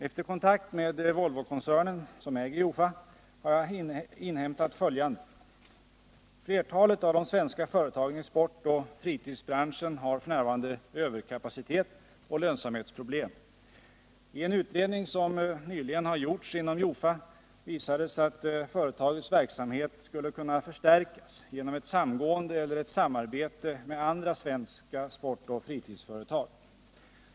Efter kontakt med Volvokoncernen, som äger Jofa, har jag inhämtat följande. Flertalet av de svenska företagen i sportoch fritidsbranschen har f.n. överkapacitet och lönsamhetsproblem. I en utredning som nyligen har gjorts inom Jofa visades, att företagets verksamhet skulle kunna förstärkas genom ett samgående eller ett samarbete med andra svenska sportoch fritidsföretag.